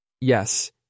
Yes